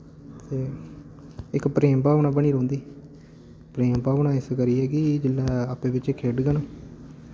ते इक प्रेम भावना बनी रौंह्दी प्रेम भावना इस करियै कि जिसलै आपूं'चे खेडङन